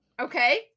okay